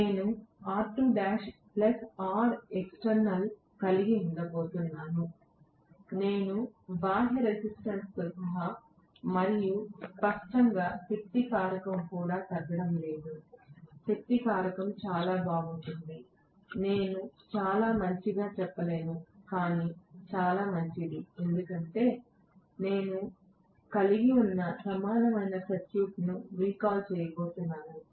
నేను R2l Rexternal కలిగి ఉండబోతున్నాను నేను బాహ్య రెసిస్టెన్స్ తో సహా మరియు స్పష్టంగా శక్తి కారకం కూడా తగ్గడం లేదు శక్తి కారకం చాలా బాగుంటుంది నేను చాలా మంచిగా చెప్పలేను కానీ చాలా మంచిది ఎందుకంటే నేను కలిగి ఉన్న సమానమైన సర్క్యూట్ను ఈ రీకాల్ చేయబోతున్నాను